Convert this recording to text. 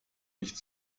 nicht